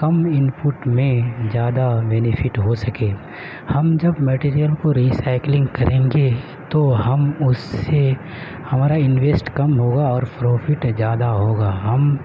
کم input میں زیادہ benefit ہو سکے ہم جب مٹیریئل کو ری سائکلنگ کریں گے تو ہم اس سے ہمارا انویسٹ کم ہوگا اور پروفٹ زیادہ ہوگا ہم